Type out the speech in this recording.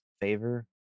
favor